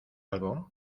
algo